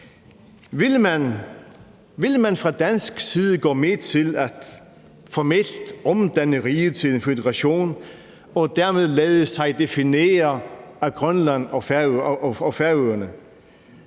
Vil man fra dansk side gå med til formelt at omdanne riget til en føderation og dermed lade sig definere af Grønland og Færøerne?